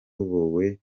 mariva